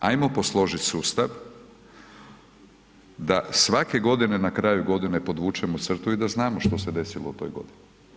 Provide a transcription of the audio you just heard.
Hajmo posložiti sustav da svake godine na kraju godine podvučemo crtu i da znamo što se desilo u toj godini.